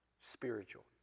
spiritual